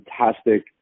fantastic